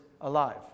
alive